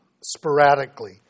sporadically